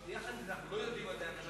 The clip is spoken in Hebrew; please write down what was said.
ועם זה אנחנו לא יודעים עדיין,